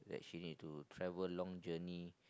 that she need to travel long journey